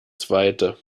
zweite